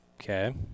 Okay